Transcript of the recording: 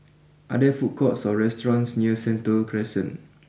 are there food courts or restaurants near Sentul Crescent